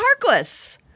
Harkless